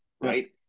Right